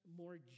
more